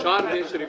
עבד אל חכים חאג'